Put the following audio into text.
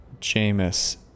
Jameis